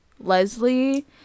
Leslie